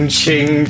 ching